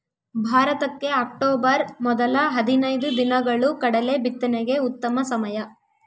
ಭಾರತಕ್ಕೆ ಅಕ್ಟೋಬರ್ ಮೊದಲ ಹದಿನೈದು ದಿನಗಳು ಕಡಲೆ ಬಿತ್ತನೆಗೆ ಉತ್ತಮ ಸಮಯ